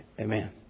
Amen